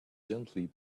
gently